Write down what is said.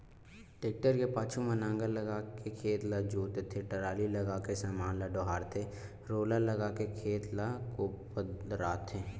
tractor के पाछू म नांगर लगाके खेत ल जोतथे, टराली लगाके समान ल डोहारथे रोलर लगाके खेत ल कोपराथे